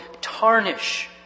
tarnish